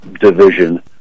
division